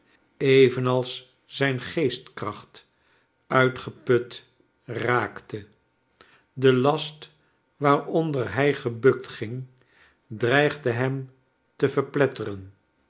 evenals zijn geestkracht uitgeput raakte de last waaronder hij gebukt ging dreigde hem te verpletteren